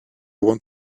want